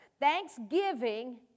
Thanksgiving